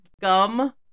gum